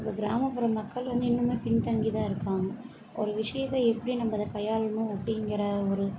இப்போ கிராமப்புற மக்கள் வந்து இன்னுமே வந்து பின்தங்கி தான் இருக்காங்க ஒரு விஷயத்தை எப்படி நம்ம அதை கையாளுணும் அப்படிங்கற ஒரு